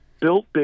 built